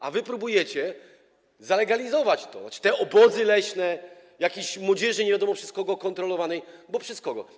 A wy próbujecie zalegalizować to, tzn. te leśne obozy jakiejś młodzieży, nie wiadomo przez kogo kontrolowanej, bo przez kogo.